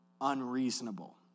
unreasonable